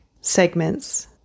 segments